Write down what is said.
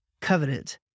covenant